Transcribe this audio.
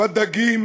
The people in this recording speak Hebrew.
בדגים,